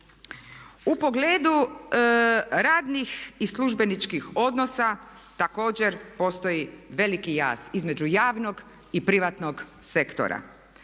U pogledu radnih i službeničkih odnosa također postoji veliki jaz između javnog i privatnog sektora.